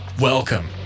Welcome